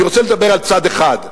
אני רוצה לדבר על צד אחד.